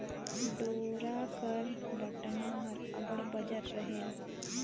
डोरा कर बटना हर अब्बड़ बंजर रहेल